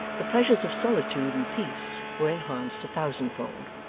the pleasures of solitude and peace were enhanced a thousandfold.